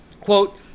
quote